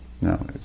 No